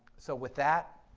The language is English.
so with that,